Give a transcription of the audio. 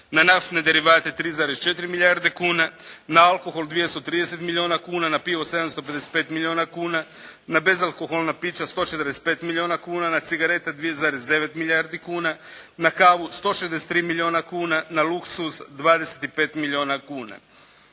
na naftne derivate 3,4 milijarde kuna, na alkohol 230 milijuna kuna, na pivo 775 milijuna kuna, na bezalkoholna pića 145 milijuna kuna, na cigarete 2,9 milijarde kuna, na kavu 163 milijuna kuna, na luksuz 25 milijuna kuna.